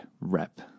rep